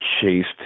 chased